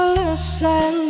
listen